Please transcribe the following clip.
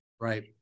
Right